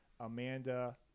Amanda